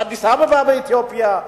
באדיס-אבבה באתיופיה,